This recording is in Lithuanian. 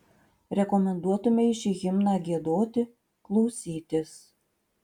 rekomenduotumei šį himną giedoti klausytis